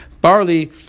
barley